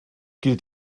gilt